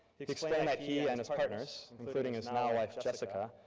he explained that he and his partners, including his now wife jessica,